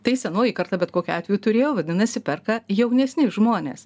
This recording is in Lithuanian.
tai senoji karta bet kokiu atveju turėjo vadinasi perka jaunesni žmonės